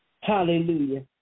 Hallelujah